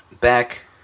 back